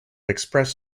express